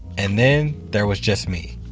and then there was just me.